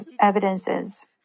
evidences